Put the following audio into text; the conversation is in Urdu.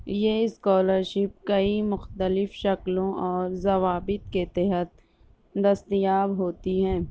یہ اسکالرشپ کئی مختلف شکلوں اور ضوابط کے تحت دستیاب ہوتی ہیں